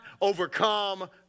overcome